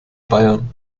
bayern